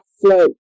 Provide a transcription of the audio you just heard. float